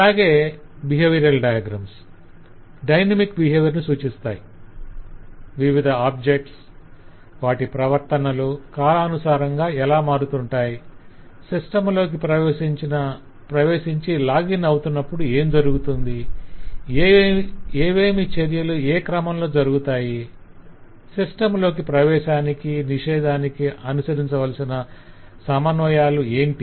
అలాగే behavioural diagrams dynamic behaviour ను సూచిస్తాయి - వివిధ ఆబ్జెక్ట్స్ వాటి ప్రవర్తనలు కాలనుసారంగా ఎలా మారుతుంటాయి సిస్టమ్ లోకి ప్రవేశించి లాగిన్ అవుతున్నప్పుడు ఏం జరుగుతుంది ఏమేమి చర్యలు ఏ క్రమంలో జరుగుతాయి సిస్టమ్ లోకి ప్రవేశానికి నిషేధానికి అనుసరించవలసిన సమన్వయాలు ఏమిటి